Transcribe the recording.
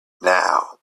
now